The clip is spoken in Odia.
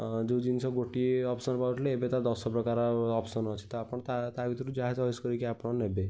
ଯେଉଁ ଜିନିଷ ଗୋଟିଏ ଅପସନ୍ ପାଉ ଥିଲେ ଏବେ ତା ଦଶ ପ୍ରକାର ଅପସନ୍ ଅଛି ତ ଆପଣ ତା ତା ଭିତରୁ ଯାହା ଚଏସ୍ କରିକି ଆପଣ ନେବେ